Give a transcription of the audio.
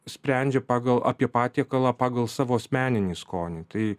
sprendžia pagal apie patiekalą pagal savo asmeninį skonį tai